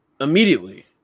immediately